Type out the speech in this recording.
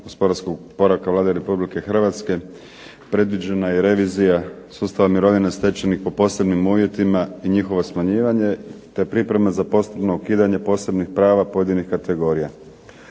…/Ne razumije se./… Vlade Republike Hrvatske, predviđena je revizija sustava mirovina stečenih po posebnim uvjetima i njihovo smanjivanje, te priprema za postupno ukidanje posebnih prava pojedinih kategorija.